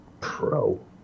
Pro